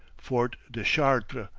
fort de chartres.